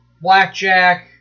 blackjack